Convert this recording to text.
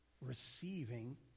receiving